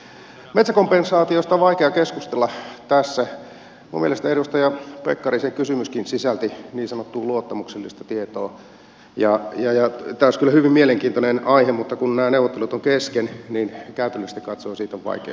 minun mielestäni edustaja pekkarisen kysymyskin sisälsi niin sanottua luottamuksellista tietoa ja tämä olisi kyllä hyvin mielenkiintoinen aihe mutta kun nämä neuvottelut ovat kesken niin käytännöllisesti katsoen siitä on vaikea keskustella